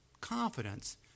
confidence